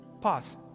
pause